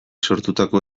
sortutako